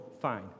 Fine